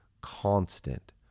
constant